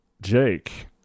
jake